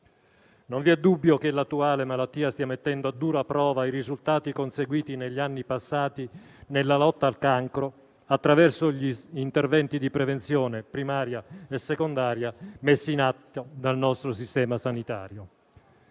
Non vi è dubbio che l'attuale malattia stia mettendo a dura prova i risultati conseguiti negli anni passati nella lotta al cancro attraverso gli interventi di prevenzione primaria e secondaria messi in atto dal nostro sistema sanitario.